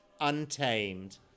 untamed